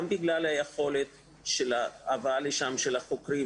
גם בגלל היכולת של הבאת חוקרים לשם,